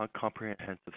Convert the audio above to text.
comprehensive